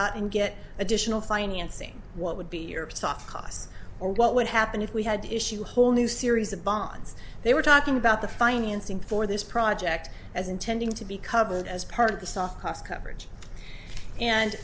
out and get additional financing what would be your top costs or what would happen if we had to issue whole new series of bonds they were talking about the financing for this project as intending to be covered as part of the soft cost coverage and